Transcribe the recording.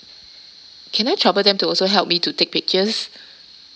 can I trouble them to also help me to take pictures